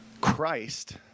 Christ